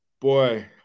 Boy